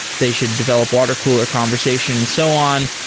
they should develop water cooler conversation and so on.